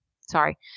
Sorry